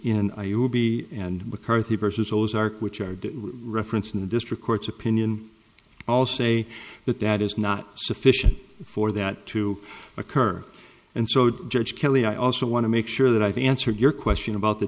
iowa will be and mccarthy versus ozark which are referenced in the district court's opinion all say that that is not sufficient for that to occur and so judge kelly i also want to make sure that i've answered your question about the